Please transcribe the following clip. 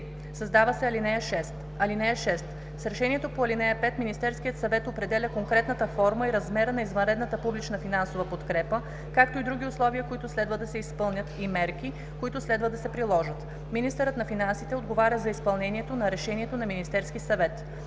Създава се ал. 6: „(6) С решението по ал. 5 Министерският съвет определя конкретната форма и размера на извънредната публична финансова подкрепа, както и други условия, които следва да се изпълнят, и мерки, които следва да се приложат. Министърът на финансите отговаря за изпълнението на решението на Министерския съвет.“